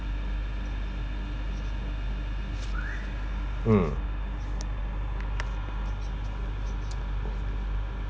mm